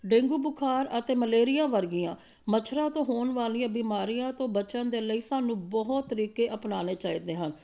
dengue ਬੁਖਾਰ ਅਤੇ malaria ਵਰਗੀਆਂ ਮੱਛਰਾਂ ਤੋਂ ਹੋਣ ਵਾਲੀਆਂ ਬਿਮਾਰੀਆਂ ਤੋਂ ਬਚਣ ਦੇ ਲਈ ਸਾਨੂੰ ਬਹੁਤ ਤਰੀਕੇ ਅਪਣਾਉਣੇ ਚਾਹੀਦੇ ਹਨ